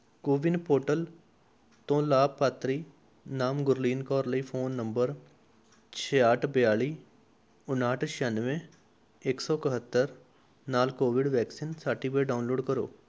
CoWIN portal ਤੋਂ ਲਾਭਪਾਤਰੀ ਨਾਮ ਗੁਰਲੀਨ ਕੌਰ ਲਈ ਫੋਨ ਨੰਬਰ ਛਿਆਹਠ ਬਿਆਲ਼ੀ ਉਣਾਹਠ ਛਿਆਨਵੇਂ ਇੱਕ ਸੋ ਇਕਹੱਤਰ ਨਾਲ ਕੋਵਿਡ ਵੈਕਸੀਨ ਸਰਟੀਫਿਕੇਟ ਡਾਊਨਲੋਡ ਕਰੋ